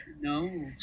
no